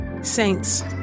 Saints